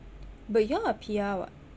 but you all are P_R [what]